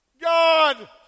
God